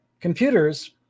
computers –